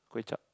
Kway-Chap